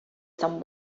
some